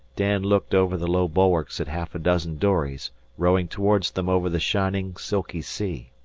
dan looked over the low bulwarks at half a dozen dories rowing towards them over the shining, silky sea.